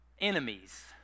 Enemies